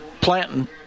planting